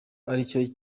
aricyo